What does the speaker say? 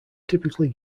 typically